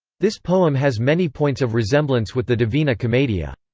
this poem has many points of resemblance with the divina commedia.